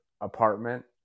apartment